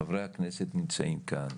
חברי הכנסת נמצאים כאן,